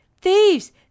Thieves